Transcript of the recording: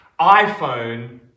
iPhone